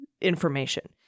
information